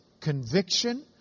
conviction